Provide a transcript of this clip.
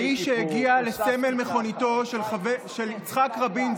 האיש שהגיע לסמל מכוניתו של יצחק רבין,